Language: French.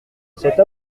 cette